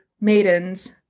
maidens